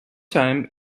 time